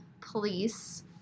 police